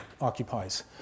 occupies